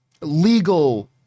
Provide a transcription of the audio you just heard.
legal